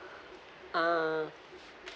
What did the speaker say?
ah